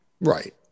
right